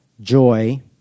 joy